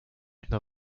une